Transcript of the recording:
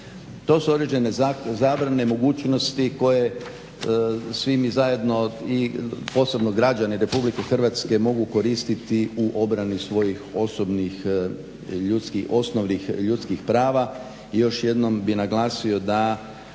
To su određene zabrane, mogućnosti koje svi mi zajedno, posebno građani Republike Hrvatske mogu koristiti u obrani svojih osobnih ljudskih, osnovnih ljudskih prava. Još jednom bih naglasio da